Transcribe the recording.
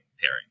pairing